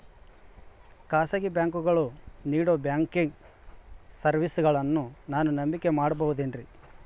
ಖಾಸಗಿ ಬ್ಯಾಂಕುಗಳು ನೇಡೋ ಬ್ಯಾಂಕಿಗ್ ಸರ್ವೇಸಗಳನ್ನು ನಾನು ನಂಬಿಕೆ ಮಾಡಬಹುದೇನ್ರಿ?